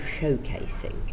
showcasing